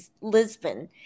Lisbon